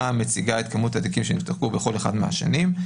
המציגה את כמות התיקים שנפתחו בכל אחת מהשנים.